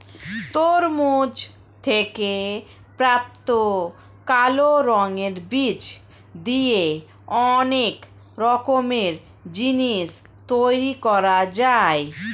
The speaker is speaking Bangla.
তরমুজ থেকে প্রাপ্ত কালো রঙের বীজ দিয়ে অনেক রকমের জিনিস তৈরি করা যায়